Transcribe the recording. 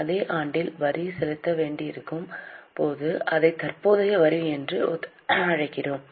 அதே ஆண்டில் வரி செலுத்த வேண்டியிருக்கும் போது அதை தற்போதைய வரி என்று அழைக்கிறோம்